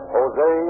Jose